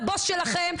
הבוס שלכם,